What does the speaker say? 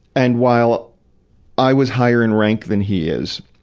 and while i was higher in rank than he is,